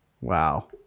Wow